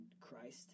Christ